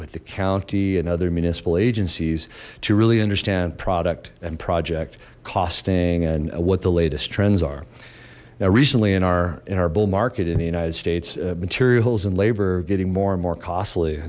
with the county and other municipal agencies to really understand product and project costing and what the latest trends are now recently in our in our bull market in the united states materials and labor getting more and more costly